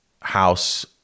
house